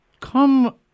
Come